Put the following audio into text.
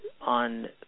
on